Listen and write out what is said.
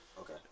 Okay